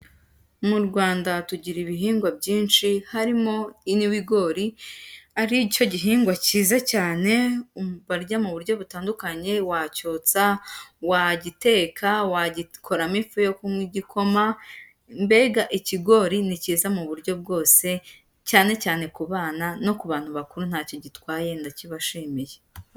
Mu Rwanda tugira ibihingwa byinshi, harimo n'ibigori ari cyo gihingwa cyiza cyane barya mu buryo butandukanye, wacyotsa, wagiteka, wagikoramo ifu y'igikoma, mbega ikigori ni cyiza mu buryo bwose, cyane cyane ku bana no ku bantu bakuru ntacyo gitwaye ndakibashimiye.